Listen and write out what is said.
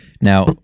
now